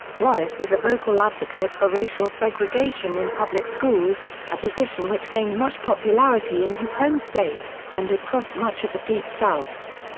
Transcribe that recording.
wallace was a vocal advocate for racial segregation in public schools a position which gained much popularity in his home state, and across much of the deep south.